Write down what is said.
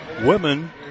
Women